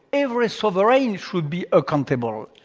every sovereign should be accountable.